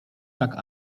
tak